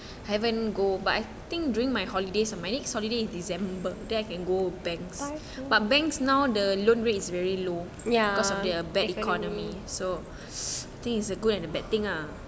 but ya economy